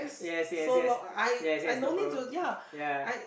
yes yes yes yes yes no problem ya